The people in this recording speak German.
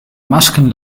masken